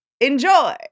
enjoy